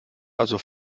also